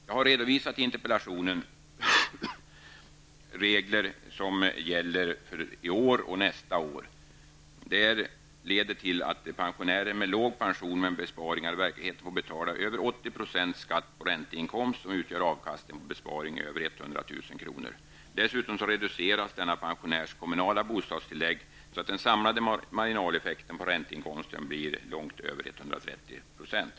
Som jag redovisat i interpellationen innebär de regler som skall gälla i år och nästa år att en pensionär med låg pension men med besparingar i verkligheten får betala över 80 % skatt på ränteinkomst som utgör avkastning på en besparing på över 100 000 kr. Dessutom reduceras en sådan pensionärs kommunala bostadstillägg, så att den samlade marginaleffekten på ränteinkomster blir över 130 %.